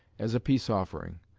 as a peace-offering.